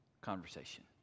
conversation